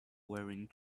wearing